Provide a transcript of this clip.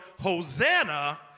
Hosanna